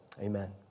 Amen